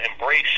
embrace